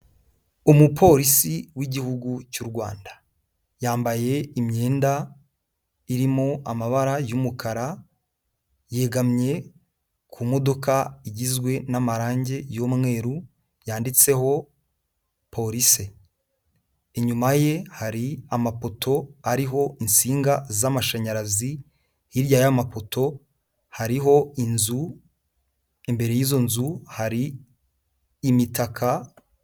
Umupolisi w'igihugu cy'u Rwanda, yambaye imyenda irimo amabara y'umukara, yegamye ku modoka igizwe n'amarangi y'umweru, yanditseho polise, inyuma ye hari amapoto ariho insinga z'amashanyarazi, hirya y'amapoto hariho inzu, imbere y'izo nzu hari imitaka.